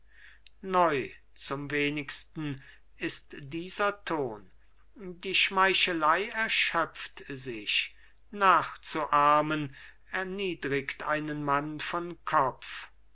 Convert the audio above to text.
neu zum wenigsten ist dieser ton die schmeichelei erschöpft sich nachzuahmen erniedrigt einen mann von kopf